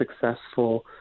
successful